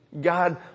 God